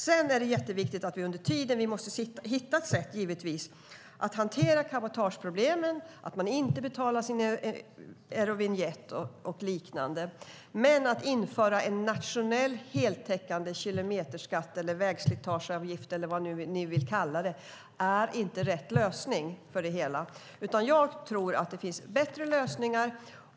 Under tiden måste vi givetvis hitta ett sätt att hantera cabotageproblemen och kontrollera om man har betalat sin eurovinjett. Att införa en nationell heltäckande kilometerskatt, vägslitageavgift eller vad ni nu vill kalla det, är inte rätt lösning. Jag tror att det finns bättre lösningar.